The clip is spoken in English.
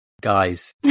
guys